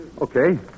Okay